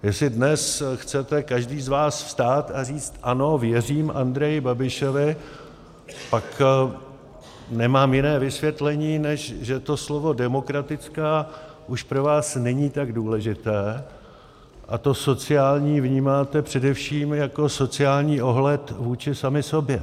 Jestli dnes chcete každý z vás vstát a říct ano, věřím Andreji Babišovi, pak nemám jiné vysvětlení, než že to slovo demokratická už pro vás není tak důležité a to sociální vnímáte především jako sociální ohled vůči sami sobě.